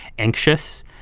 anxious,